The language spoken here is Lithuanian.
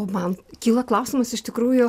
o man kyla klausimas iš tikrųjų